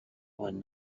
one